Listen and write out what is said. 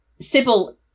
Sybil